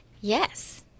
Yes